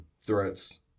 Threats